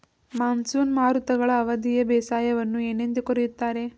Monsoon ಮಾರುತಗಳ ಅವಧಿಯ ಬೇಸಾಯವನ್ನು ಏನೆಂದು ಕರೆಯುತ್ತಾರೆ?